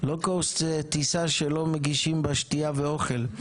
לואו קוסט זה טיסה שלא מגישים בה שתייה ואוכל.